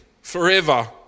forever